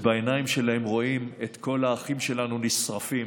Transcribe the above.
ובעיניים שלהם רואים את כל האחים שלנו נשרפים.